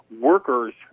Workers